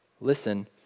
listen